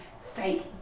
fake